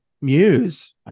Muse